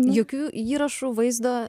jokių įrašų vaizdo